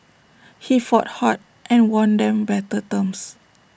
he fought hard and won them better terms